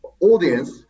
audience